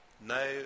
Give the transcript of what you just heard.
no